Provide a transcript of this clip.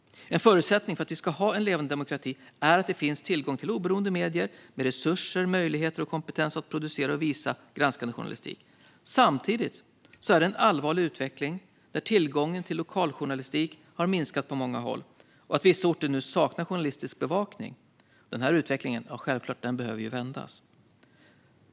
En förutsättning för att vi ska ha en levande demokrati är att det finns tillgång till oberoende medier med resurser, möjligheter och kompetens att producera och visa granskande journalistik. Samtidigt är det en allvarlig utveckling att tillgången till lokaljournalistik har minskat på många håll och att vissa orter nu saknar journalistisk bevakning. Denna utveckling behöver självklart vändas.